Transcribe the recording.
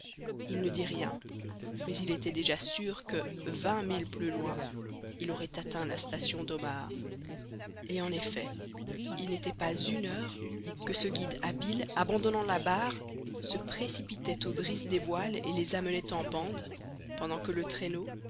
il ne dit rien mais il était déjà sûr que vingt milles plus loin il aurait atteint la station d'omaha et en effet il n'était pas une heure que ce guide habile abandonnant la barre se précipitait aux drisses des voiles et les amenait en bande pendant que le traîneau